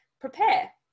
prepare